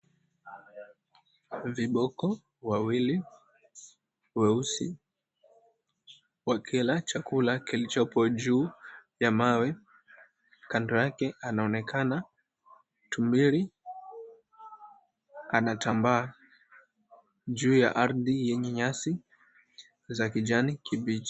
Viboko wawili weusi wakila chakula kilipo juu ya mawe kando yake anaonekana tumbiri anatambaa juu ya ardhi yenye nyasi ya kijani kibichi.